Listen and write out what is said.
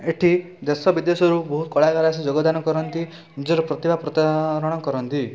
ଏଠି ଦେଶ ବିଦେଶରୁ ବହୁତ କଳାକାର ଆସି ଯୋଗଦାନ କରନ୍ତି ନିଜର ପ୍ରତିଭା ପ୍ରତ୍ୟାରଣ କରନ୍ତି